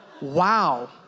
wow